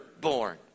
born